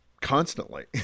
constantly